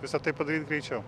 visa tai padaryt greičiau